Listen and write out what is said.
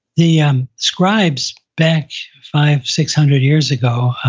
the um scribes back five, six hundred years ago,